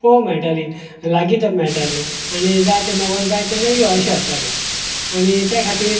पळोवंक मेळटाली लागीत मेळटाले आनी जाय तेन्ना वच जाय तेन्ना यो अशे जातालें आनी त्या खातीर